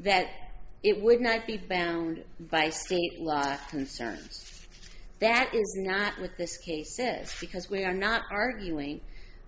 that it would not be bound by state law concerns that is not with this case this because we are not arguing